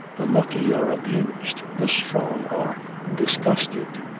the lucky are amused, the strong are disgusted,